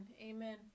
Amen